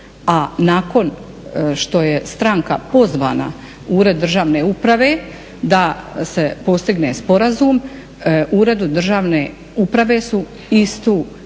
a nakon što je stranka pozvana u ured državne uprave da se postigne sporazum uredu državne uprave su istu